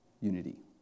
unity